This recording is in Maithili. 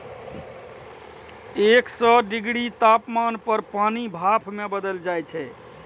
एक सय डिग्री तापमान पर पानि भाप मे बदलि जाइ छै